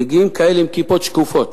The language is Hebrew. מגיעים כאלה עם כיפות שקופות,